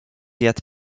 yet